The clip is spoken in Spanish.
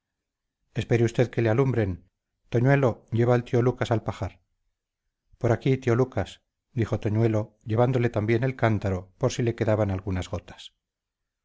espere usted que le alumbren toñuelo lleva al tío lucas al pajar por aquí tío lucas dijo toñuelo llevándose también el cántaro por si le quedaban algunas gotas